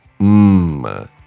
Mmm